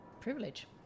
privilege